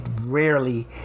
rarely